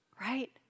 Right